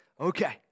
Okay